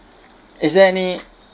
is there any